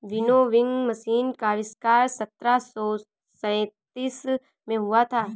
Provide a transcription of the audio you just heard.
winnowing machine का आविष्कार सत्रह सौ सैंतीस में हुआ था